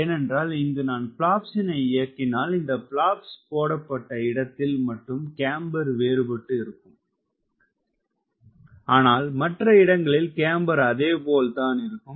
ஏனென்றால் இங்கு நான் பிளாப்ஸினை இயக்கினால் இந்த பிளாப்ஸ் போடப்பட்ட இடத்தில் மட்டும் கேம்பர் வேறுபட்டு இருக்கும் ஆனால் மற்ற இடங்களில் கேம்பர் அதே போல் தான் இருக்கும்